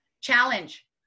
Challenge